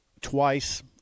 twice